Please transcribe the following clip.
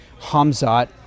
Hamzat